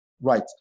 Right